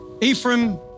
Ephraim